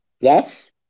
Yes